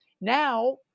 now